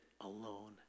alone